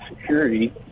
security